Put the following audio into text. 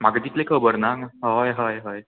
म्हाका तितलें खबर ना हांगा हय हय हय